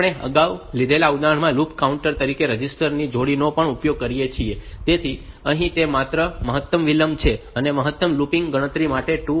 આપણે અગાઉ લીધેલા ઉદાહરણમાં લૂપ કાઉન્ટર તરીકે રજિસ્ટર જોડીનો પણ ઉપયોગ કરી શકીએ છીએ તેથી અહીં તે માત્ર મહત્તમ વિલંબ છે અને મહત્તમ લૂપિંગ ગણતરી માત્ર 255 છે